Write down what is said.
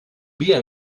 bier